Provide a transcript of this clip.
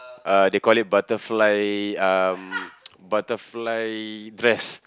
uh they call it butterfly um butterfly dress